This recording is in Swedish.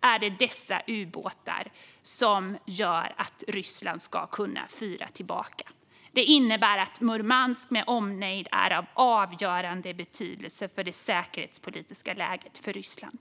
är det alltså dessa ubåtar som gör att Ryssland ska kunna avfyra tillbaka. Det innebär att Murmansk med omnejd är av avgörande betydelse för Rysslands säkerhetspolitiska läge.